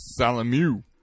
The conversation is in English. Salamu